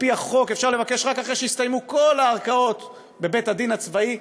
על-פי החוק אפשר לבקש רק אחרי שהסתיימו כל הערכאות בבית-הדין הצבאי,